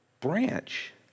branch